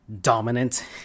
dominant